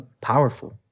powerful